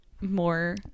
more